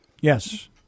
Yes